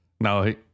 No